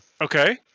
Okay